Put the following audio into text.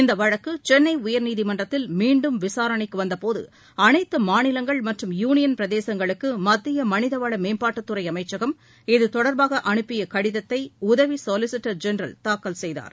இந்த வழக்கு சென்னை உயர்நீதிமன்றத்தில் மீண்டும் விசாரணைக்கு வந்தபோது அனைத்து மாநிலங்கள் மற்றும் யூளியன் பிரதேசங்களுக்கு மத்திய மனிதவள மேம்பாட்டுத் துறை அமைச்சகம் இதுதொடர்பாக அனுப்பிய கடிதத்தை உதவி சொலிசிட்டர் ஜெனரல் தாக்கல் செய்தார்